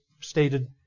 stated